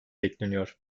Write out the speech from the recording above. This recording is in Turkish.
bekleniyor